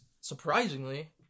surprisingly